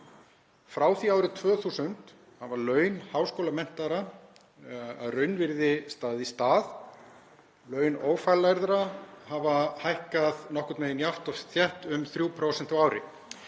Frá því árið 2000 hafa laun háskólamenntaðra að raunvirði staðið í stað. Laun ófaglærðra hafa hækkað nokkurn veginn jafnt og þétt um 3% á ári.